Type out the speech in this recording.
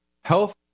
health